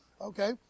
Okay